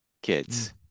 kids